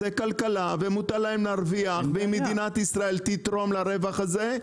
זה כלכלה ומותר להם להרוויח ואם מדינת ישראל תתרום לרווח הזה,